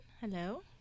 hello